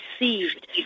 received